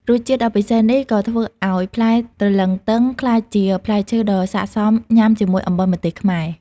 រសជាតិដ៏ពិសេសនេះក៏ធ្វើឲ្យផ្លែទ្រលឹងទឹងក្លាយជាផ្លែឈើដ៏ស័ក្តិសមញ៉ាំជាមួយអំបិលម្ទេសខ្មែរ។